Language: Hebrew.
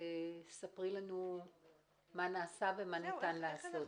איך אנחנו מתקדמים?